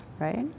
right